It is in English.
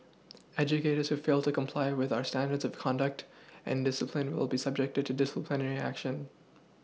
educators who fail to comply with our standards of conduct and discipline will be subjected to disciplinary action